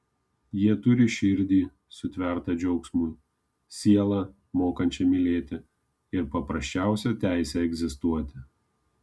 jie turi širdį sutvertą džiaugsmui sielą mokančią mylėti ir paprasčiausią teisę egzistuoti